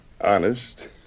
Honest